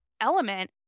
element